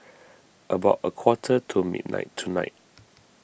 about a quarter to midnight tonight